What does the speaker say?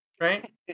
Right